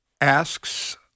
asks